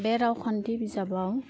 बे रावखान्थि बिजाबाव